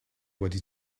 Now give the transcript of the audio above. wedi